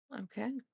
Okay